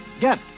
get